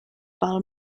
pel